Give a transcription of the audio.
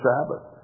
Sabbath